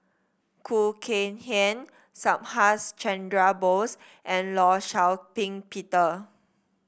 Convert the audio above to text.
Khoo Kay Hian Subhas Chandra Bose and Law Shau Ping Peter